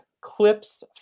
clips